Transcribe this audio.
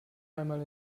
einmal